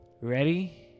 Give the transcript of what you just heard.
Ready